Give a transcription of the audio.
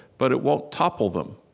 but it won't topple them,